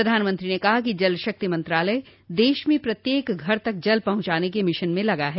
प्रधानमंत्री ने कहा कि जल शक्ति मंत्रालय देश में प्रत्येक घर तक जल पहुंचाने के मिशन में लगा है